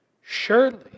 surely